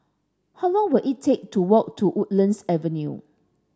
how long will it take to walk to Woodlands Avenue